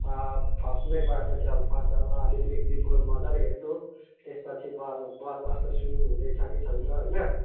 फर्स्टमै गएपछि अब फर्स्टमा अब अलिअलि एक दुई बल मजाले हेर्नु त्यसपछि बल बल कस्तो स्विङ हुँदैछ कि छैन होइन